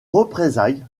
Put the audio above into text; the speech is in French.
représailles